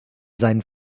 seinen